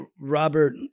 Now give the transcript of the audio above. Robert